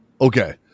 okay